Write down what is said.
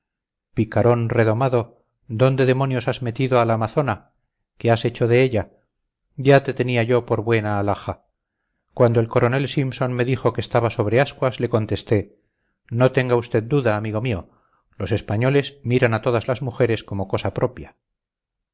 picarón redomado dónde demonios has metido a la amazona qué has hecho de ella ya te tenía yo por buena alhaja cuando el coronel simpson me dijo que estaba sobre ascuas le contesté no tenga usted duda amigo mío los españoles miran a todas las mujeres como cosa propia